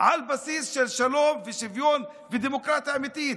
על בסיס של שלום ושוויון ודמוקרטיה אמיתית.